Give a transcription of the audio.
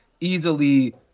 easily